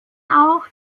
auch